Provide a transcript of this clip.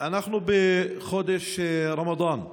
אנחנו בחודש רמדאן.